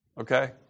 Okay